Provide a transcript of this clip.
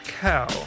cow